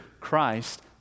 Christ